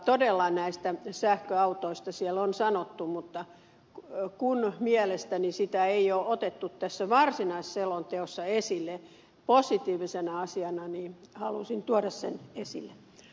todella näistä sähköautoista siellä on sanottu mutta kun mielestäni sitä ei ole otettu tässä varsinaisessa selonteossa esille positiivisena asiana niin halusin tuoda sen esille